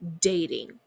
dating